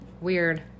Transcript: Weird